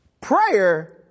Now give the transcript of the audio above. Prayer